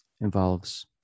involves